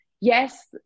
yes